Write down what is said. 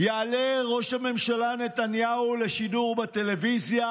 יעלה ראש הממשלה נתניהו לשידור בטלוויזיה,